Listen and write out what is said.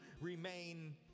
remain